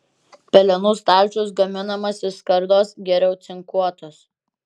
pelenų stalčius gaminamas iš skardos geriau cinkuotos